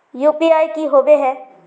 UPI की होबे है?